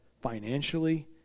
financially